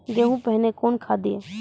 गेहूँ पहने कौन खाद दिए?